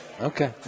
Okay